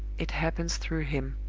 it happens through him.